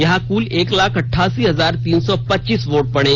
यहां कुल एल लाख अठासी हजार तीन सौ पच्चीस वोट पड़े